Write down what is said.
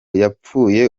yapfuye